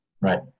Right